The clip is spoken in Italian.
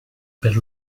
per